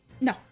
No